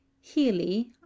Healy